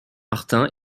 martin